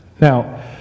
Now